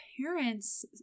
parents